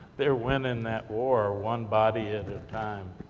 they're winning that war, one body at a time.